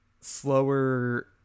slower